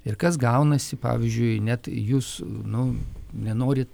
ir kas gaunasi pavyzdžiui net jūs nu nenori